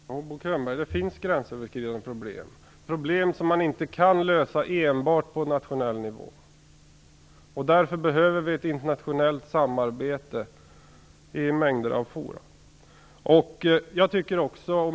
Herr talman! Jo, Bo Könberg, det finns gränsöverskridande problem som man inte kan lösa enbart på nationell nivå. Därför behöver vi ett internationellt samarbete i mängder av forum.